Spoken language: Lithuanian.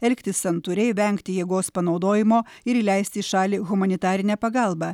elgtis santūriai vengti jėgos panaudojimo ir įleisti į šalį humanitarinę pagalbą